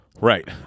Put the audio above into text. Right